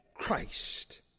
Christ